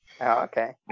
okay